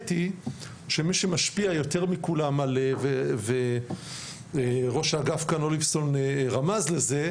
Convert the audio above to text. היא שמי שמשפיע יותר מכולם וראש האגף כאן אוליבסטון רמז לזה,